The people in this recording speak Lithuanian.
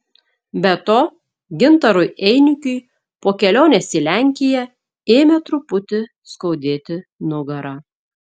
be to gintarui einikiui po kelionės į lenkiją ėmė truputį skaudėti nugarą